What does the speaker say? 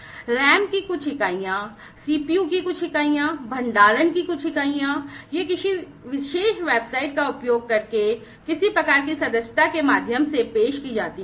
RAM की कुछ इकाइयाँ CPU की कुछ इकाइयाँ भंडारण की कुछ इकाइयाँ ये किसी विशेष वेबसाइट का उपयोग करके किसी प्रकार की सदस्यता के माध्यम से पेश की जाती हैं